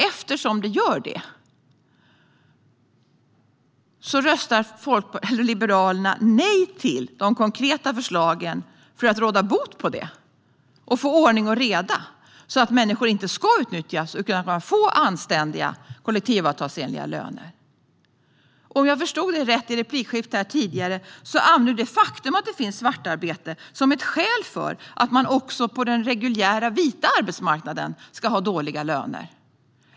Eftersom det gör det röstar Liberalerna nej till de konkreta förslagen, för att råda bot på detta och för att få ordning och reda, så att människor inte ska utnyttjas utan i stället få anständiga, kollektivavtalsenliga löner. Om jag förstod dig rätt i replikskiftet här tidigare använder du det faktum att det finns svartarbete som ett skäl för att man också på den reguljära vita arbetsmarknaden ska ha dåliga löner.